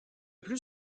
plus